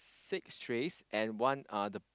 six trays and one other